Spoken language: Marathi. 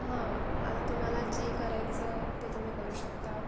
हा आता तुम्हाला जे करायचं ते तुम्ही करू शकता